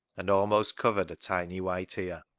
and almost covered a tiny white ear.